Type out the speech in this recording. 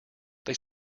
they